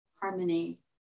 harmony